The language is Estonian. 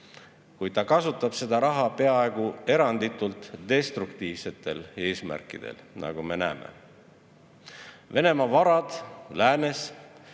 kuid ta kasutab seda raha peaaegu eranditult destruktiivsetel eesmärkidel, nagu me näeme. Venemaa varad läänes,